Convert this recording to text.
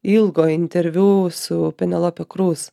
ilgo interviu su penelope kruz